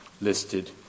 listed